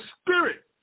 spirit